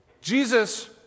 Jesus